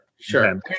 sure